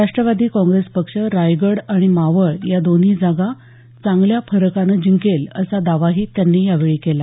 राष्ट्रवादी काँग्रेस पक्ष रायगड आणि मावळ या दोन्ही जागा चांगल्या फरकानं जिंकेल असा दावाही त्यांनी यावेळी केला